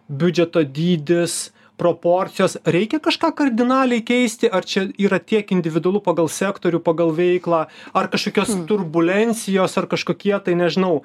biudžeto dydis proporcijos reikia kažką kardinaliai keisti ar čia yra tiek individualu pagal sektorių pagal veiklą ar kažkokios turbulencijos ar kažkokie tai nežinau